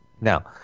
Now